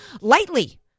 lightly